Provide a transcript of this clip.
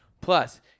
Plus